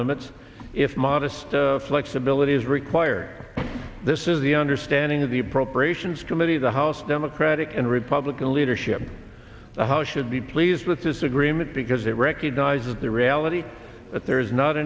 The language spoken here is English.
limits if modest flexibility is required this is the understanding of the appropriations committee the house democratic and republican leadership the house should be pleased with this agreement because it recognizes the reality that there is not